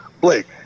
Blake